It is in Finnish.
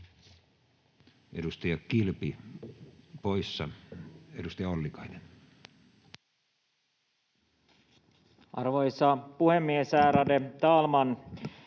Edustaja Kilpi poissa. — Edustaja Ollikainen. Arvoisa puhemies, ärade talman!